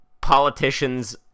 politicians